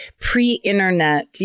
pre-internet